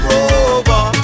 Rover